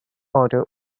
order